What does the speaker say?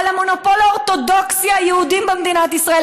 על המונופול האורתודוקסי היהודי במדינת ישראל.